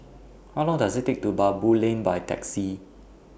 How Long Does IT Take to get to Baboo Lane By Taxi